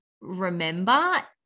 remember